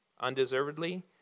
Undeservedly